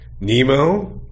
Nemo